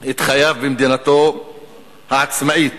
את חייו במדינתו העצמאית